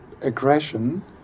aggression